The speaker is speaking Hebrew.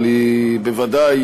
אבל בוודאי,